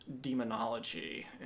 Demonology